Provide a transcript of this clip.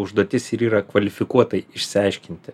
užduotis ir yra kvalifikuotai išsiaiškinti